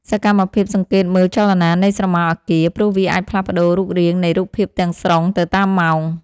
សកម្មភាពសង្កេតមើលចលនានៃស្រមោលអាគារ ព្រោះវាអាចផ្លាស់ប្តូររូបរាងនៃរូបភាពទាំងស្រុងទៅតាមម៉ោង។